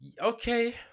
Okay